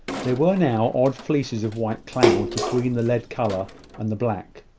there were now odd fleeces of white cloud between the lead colour and the black.